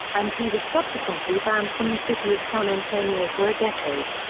and he was subsequently banned from the city of san antonio for a decade.